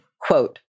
Quote